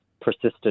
persistent